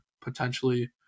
potentially